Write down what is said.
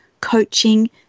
coaching